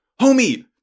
homie